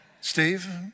Steve